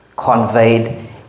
Conveyed